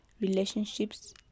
relationships